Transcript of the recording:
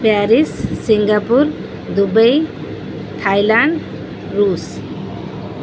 Paris Singapore Dubai Thailand Russia